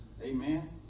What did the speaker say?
Amen